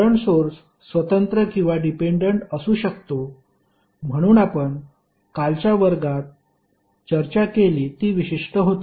current source स्वतंत्र किंवा dependent असू शकतो म्हणून आपण कालच्या वर्गात चर्चा केली ती विशिष्ट होती